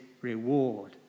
reward